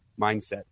mindset